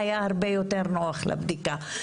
הוא היה הרבה יותר נוח לבדיקה.